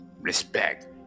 respect